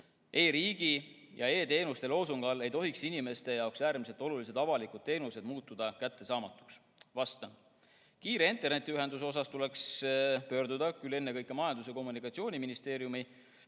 E‑riigi ja e‑teenuste loosungi all ei tohiks inimeste jaoks äärmiselt olulised avalikud teenused muutuda kättesaamatuks." Vastan. Kiire internetiühenduse osas tuleks pöörduda küll ennekõike Majandus‑ ja Kommunikatsiooniministeeriumi